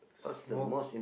smoke